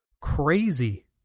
Crazy